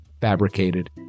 fabricated